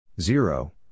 Zero